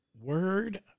word